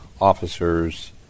officers